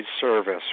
service